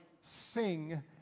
sing